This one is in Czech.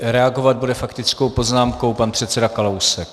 Reagovat bude faktickou poznámkou pan předseda Kalousek.